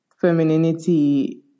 femininity